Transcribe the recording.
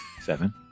Seven